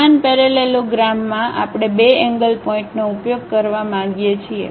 સમાન પેરેલલોગ્રામમાં આપણે 2 એન્ગ્લ પોઇન્ટનો ઉપયોગ કરવા માંગીએ છીએ